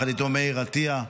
ויחד איתו מאיר עטייה.